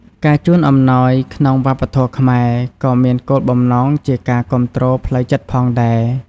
ការជូនអំណោយក្នុងវប្បធម៌ខ្មែរ ក៏មានគោលបំណងជាការគាំទ្រផ្លូវចិត្តផងដែរ។